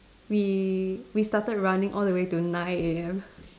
we we started running all the way to nine A_M